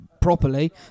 properly